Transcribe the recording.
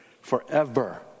forever